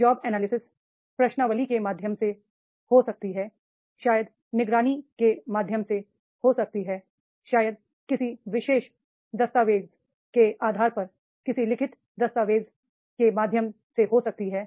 job analysis प्रश्नावली के माध्यम से हो सकती है शायद निगरानी के माध्यम से हो सकती है शायद किसी विशेष दस्तावेज़ के आधार पर किसी लिखित दस्तावेज़ के माध्यम से हो सकती है